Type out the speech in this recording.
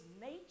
nature